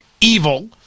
evil